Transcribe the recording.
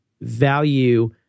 value